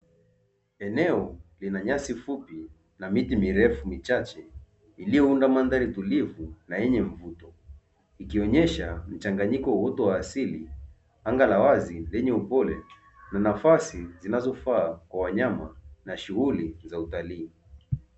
Eneo lina nyasi fupi na miti mirefu michache iliyounda mandhari tulivu na yenye mvuto, ikionyesha mchanganyiko wa uwoto wa asili, anga la wazi lenye upole na nafasi zinazofaa kwa wanyama na shughuli za utalii.